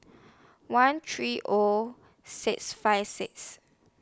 one three O six five six